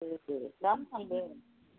ओ ओ दाम थांदों